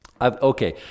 Okay